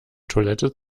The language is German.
toilette